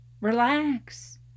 relax